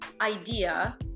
idea